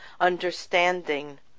understanding